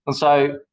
so,